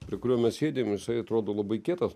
prie kurio mes sėdim jisai atrodo labai kietas